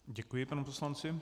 Děkuji panu poslanci.